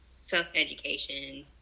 self-education